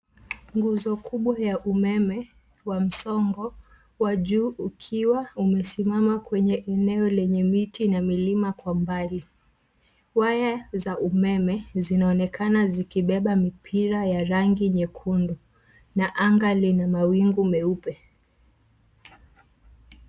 Nguzo kubwa ya umeme wa msongo wa juu ukiwa umesimama kwenye eneo lenye miti na milima kwa mbali. Waya za umeme zinaonekana zikibeba mipira ya rangi nyekundu na anga lina mawingu meupe.